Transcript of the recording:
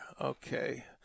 Okay